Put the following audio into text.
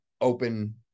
open